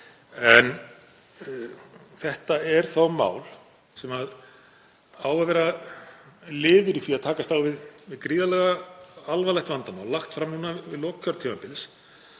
en þetta er þó mál sem á að vera liður í því að takast á við gríðarlega alvarlegt vandamál, lagt fram núna við lok kjörtímabils